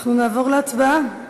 אנחנו נעבור להצבעה.